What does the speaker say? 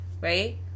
right